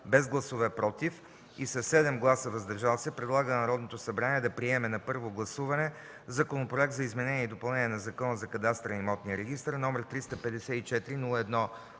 без „против” и 8 гласа „въздържали се” предлага на Народното събрание да приеме на първо гласуване Законопроект за изменение и допълнение на Закона за кадастъра и имотния регистър № 354-01-87,